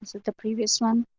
is it the previous one?